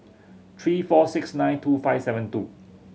three four six nine two five seven two